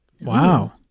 Wow